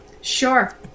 Sure